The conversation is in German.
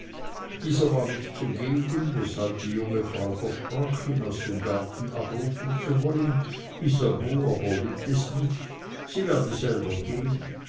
dieser war nicht zugegen weshalb die junge frau versprach ihn aus dem garten abrufen zu wollen isabeau aber litt es nicht sie werde selber gehn